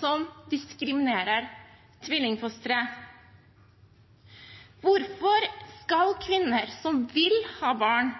som diskriminerer tvillingfostre. Hvorfor skal kvinner som vil ha barn,